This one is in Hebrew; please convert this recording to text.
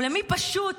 ומי פשוט